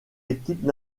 équipes